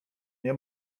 nie